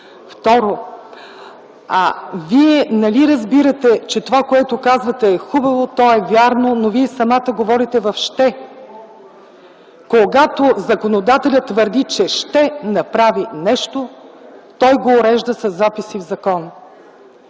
Второ, Вие нали разбирате, че това, което казахте е хубаво, то е вярно, но Вие самата говорите в „ще”. Когато законодателят твърди, че „ще” направи нещо, той го урежда със записи в закон.